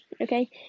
okay